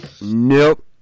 Nope